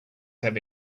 have